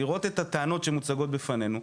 לראות את הטענות שמוצגות בפנינו.